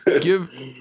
give